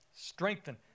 Strengthen